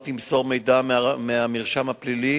כי המשטרה לא תמסור מידע מהמרשם הפלילי